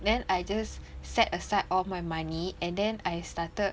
then I just set aside all my money and then I started